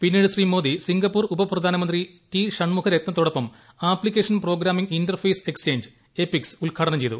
പിന്നീട് ശ്രീ മോദി സിംഗപ്പൂർ ഉപപ്രധാനമന്ത്രി ടി ഷൺമുഖരത്നത്തോടൊപ്പം application programming interface exchange APIX ഉദ്ഘാടനം ചെയ്തു